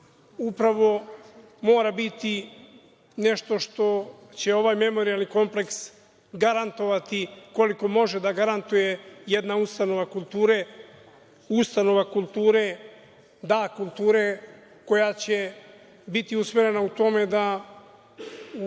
upravo mora biti nešto što će ovaj memorijalni kompleks garantovati koliko može da garantuje jedna ustanova kulture, ustanova kulture koja će biti usmerena ka tome da u nama